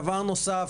דבר נוסף,